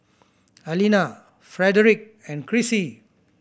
Alina Frederic and Crissy